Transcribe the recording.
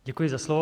Děkuji za slovo.